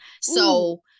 So-